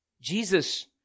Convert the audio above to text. Jesus